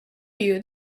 you